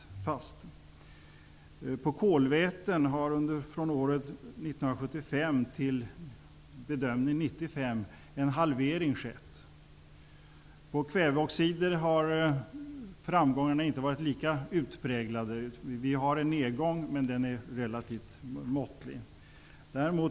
När det gäller utsläppen av kolväten kommer de enligt bedömningarna att halveras från år 1975 till 1995. Framgångarna när det gäller kväveoxider har inte varit lika utpräglade. Vi har en nedgång, men den är relativt måttlig.